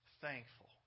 thankful